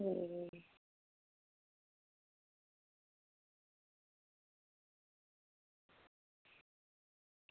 अं